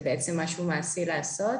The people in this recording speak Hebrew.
שזה משהו מעשי לעשות,